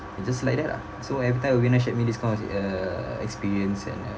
just like that lah so every time aweena shared me this kind uh experience and